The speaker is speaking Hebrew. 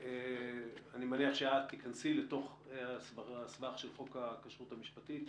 אני מניח שאת תיכנסי אל תוך הסבך של חוק הכשרות המשפטית.